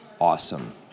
Awesome